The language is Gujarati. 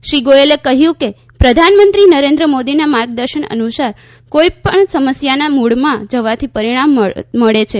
શ્રી ગોયલે કહ્યું કે પ્રધાનમંત્રી નરેન્દ્ર મોદીના માર્ગદર્શન અનુસાર કોઇપણ સમસ્યાના મૂળમાં જવાથી પરિણામ મળે છે